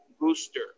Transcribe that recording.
booster